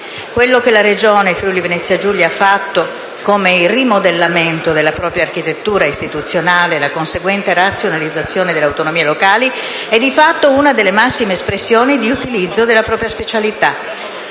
Quello che la Regione Friuli-Venezia Giulia ha fatto con il rimodellamento della propria architettura istituzionale e la conseguente razionalizzazione delle autonomie locali è di fatto una delle massime espressioni di utilizzo della propria specialità.